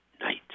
night